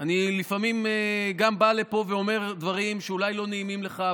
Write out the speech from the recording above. אני לפעמים גם בא לפה ואומר דברים שאולי הם לא נעימים לך,